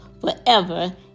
forever